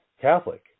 Catholic